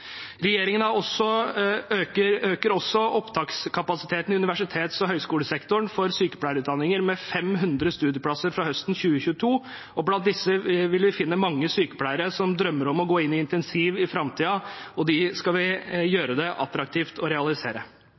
øker også opptakskapasiteten i universitets- og høyskolesektoren for sykepleierutdanninger med 500 studieplasser fra høsten 2022. Blant disse vil vi finne mange sykepleiere som drømmer om å gå inn intensivsykepleie i framtiden, og de drømmene skal vi gjøre det attraktivt å realisere.